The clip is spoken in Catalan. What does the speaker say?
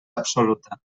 absoluta